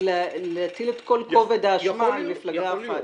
להטיל את כל כובד האשמה על מפלגה אחת.